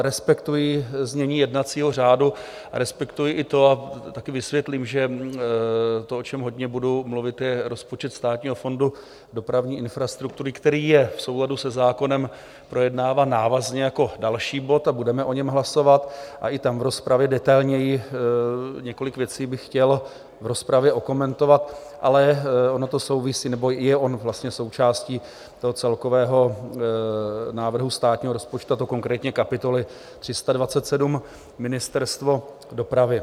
Respektuji znění jednacího řádu a respektuji i to, a také vysvětlím, že to, o čem hodně budu mluvit, je rozpočet Státního fondu dopravní infrastruktury, který je v souladu se zákonem projednáván návazně jako další bod a budeme o něm hlasovat, a i tam v rozpravě detailněji několik věcí bych chtěl v rozpravě okomentovat, ale je on vlastně součástí toho celkového návrhu státního rozpočtu, a to konkrétně kapitoly 327 Ministerstvo dopravy.